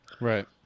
Right